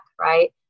right